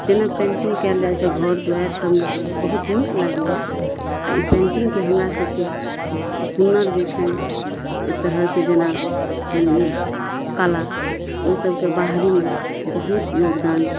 जेना पेन्टिंग कयल जाइ छै घर दुआइरि सबमे बहुत नीक लागैया आ ई पेन्टिंगके हमरा सभके हुनर जे छै एक तरह से जेना भेल ई कला ओहि सभके बाहरीमे बहुत योगदान